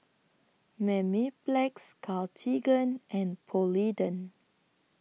Mepilex Cartigain and Polident